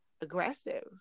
aggressive